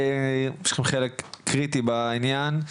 יש לכם חלק קריטי בעניין.